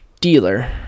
dealer